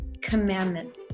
commandment